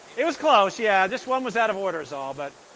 it was close, yeah just one was out of order is all. but